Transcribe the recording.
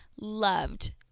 loved